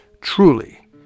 truly